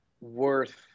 worth